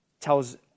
tells